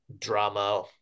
drama